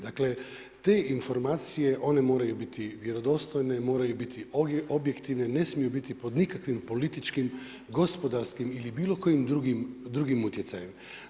Dakle te informacije one moraju biti vjerodostojne, moraju biti objektivne, ne smiju biti pod nikakvim političkim, gospodarskim ili bilo kojim drugim utjecajem.